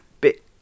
bit